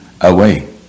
away